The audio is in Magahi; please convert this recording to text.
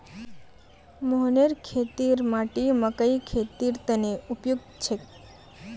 मोहनेर खेतेर माटी मकइर खेतीर तने उपयुक्त छेक